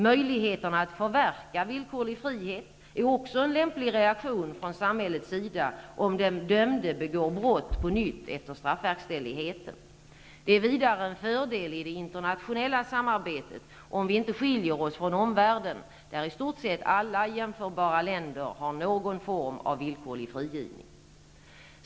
Möjligheterna att förverka villkorlig frihet är också en lämplig reaktion från samhällets sida om den dömde begår brott på nytt efter straffverkställigheten. Det är vidare en fördel i det internationella samarbetet om vi inte skiljer oss från omvärlden, där i stort sett alla jämförbara länder har någon form av villkorlig frigivning.